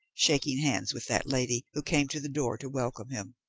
shaking hands with that lady, who came to the door to welcome him.